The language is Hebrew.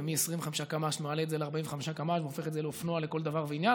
ומ-25 קמ"ש מעלה את זה ל-45 קמ"ש והופך את זה לאופנוע לכל דבר ועניין,